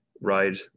ride